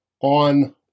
on